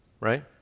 right